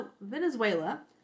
Venezuela